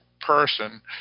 person